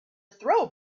throw